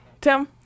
Tim